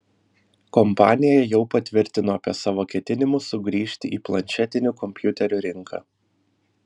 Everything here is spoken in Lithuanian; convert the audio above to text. kompanija jau patvirtino apie savo ketinimus sugrįžti į planšetinių kompiuterių rinką